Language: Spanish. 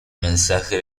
mensaje